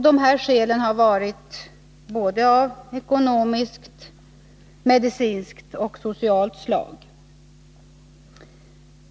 Dessa skäl har varit av både ekonomiskt, medicinskt och socialt slag.